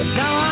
now